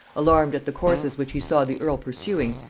alarmed at the courses which he saw the earl pursuing,